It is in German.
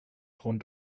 rund